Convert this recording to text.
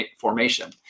formation